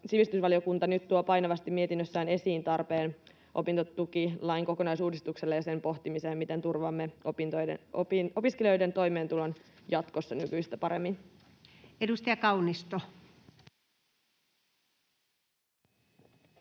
sivistysvaliokunta nyt tuo painavasti mietinnössään esiin tarpeen opintotukilain kokonaisuudistukselle ja sen pohtimiselle, miten turvaamme opiskelijoiden toimeentulon jatkossa nykyistä paremmin. Edustaja Kaunisto.